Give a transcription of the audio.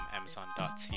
amazon.ca